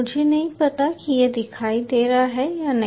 मुझे नहीं पता कि यह दिखाई दे रहा है या नहीं